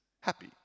happy